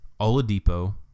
Oladipo